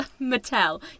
Mattel